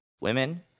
women